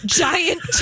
giant